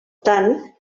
tant